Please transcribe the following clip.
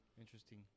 interesting